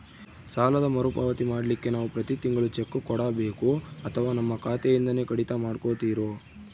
ಸಾಲದ ಮರುಪಾವತಿ ಮಾಡ್ಲಿಕ್ಕೆ ನಾವು ಪ್ರತಿ ತಿಂಗಳು ಚೆಕ್ಕು ಕೊಡಬೇಕೋ ಅಥವಾ ನಮ್ಮ ಖಾತೆಯಿಂದನೆ ಕಡಿತ ಮಾಡ್ಕೊತಿರೋ?